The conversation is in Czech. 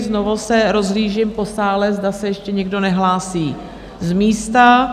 Znovu se rozhlížím po sále, zda se ještě někdo nehlásí z místa.